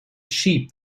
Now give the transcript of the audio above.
sheep